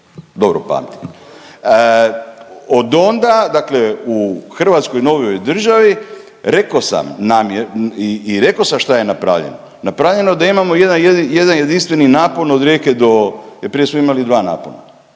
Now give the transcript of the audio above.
Dobro pamtim. Od onda, dakle u hrvatskoj novijoj državi, rekao sam, .../nerazumljivo/... i rekao sam šta je napravljeno, napravljeno je da imamo jedan jedinstveni napon od Rijeke do, jer prije smo imali dva napona,